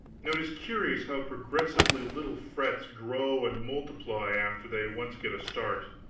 now it is curious how progressively little frets grow and multiply after they once get a start.